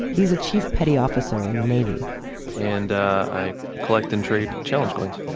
he's a chief petty officer in the navy and i collect and trade challenge coins